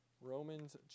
Romans